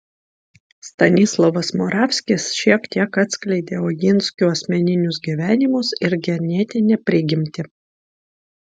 stanislovas moravskis šiek tiek atskleidė oginskių asmeninius gyvenimus ir genetinę prigimtį